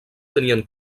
tenien